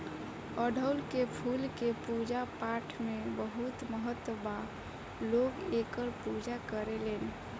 अढ़ऊल के फूल के पूजा पाठपाठ में बहुत महत्व बा लोग एकर पूजा करेलेन